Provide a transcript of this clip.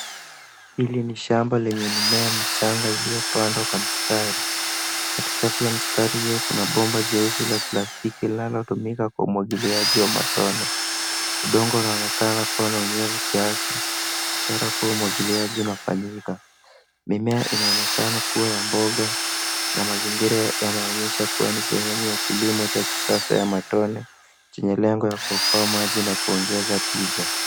Hili ni shamba lenye mimea michanga iliyopandwa kwa mistari. Kati kati ya mistari hiyo, kuna bomba jeusi la plastiki linalotumika kwa umwagiliaji wa matone. Udongo unaonekana kuwa na unyevu kiasi ishara kuwa umwagiliaji unafanyika. Mimea inaonekana kuwa ya mboga na mazingira yanaonyesha kuwa ni sehemu ya kilimo cha kisasa cha matone; chenye lengo la kuokoa maji na kuongeza tija.